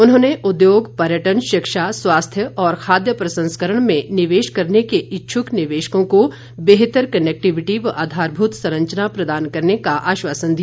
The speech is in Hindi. उन्होंने उद्योग पर्यटन शिक्षा स्वास्थ्य और खाद्य प्रसंस्करण में निवेश करने के इच्छुक निवेशकों को बेहतर कनेक्टिविटी व आधारभूत संरचना प्रदान करने का आश्वासन दिया